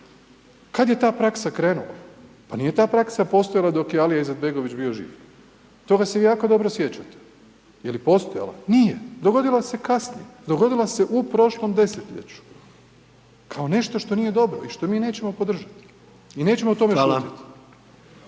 kad je ta praksa krenula? Pa nije ta praksa postojala dok je Alija Izetbegović bio živ. Toga se vi jako dobro sjećate, je li postojala, nije, dogodila se kasnije, dogodila se u prošlom desetljeću, kao nešto što nije dobro i što mi nećemo podržati …/Upadica: Hvala./… i